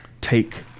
take